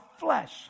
flesh